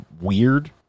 weird